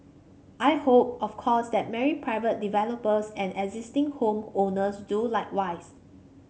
I hope of course that many private developers and existing home owners do likewise